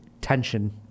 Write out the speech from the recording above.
tension